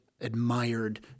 admired